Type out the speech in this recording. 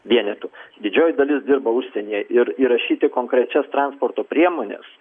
vienetų didžioji dalis dirba užsienyje ir įrašyti konkrečias transporto priemones